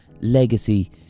legacy